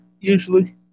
usually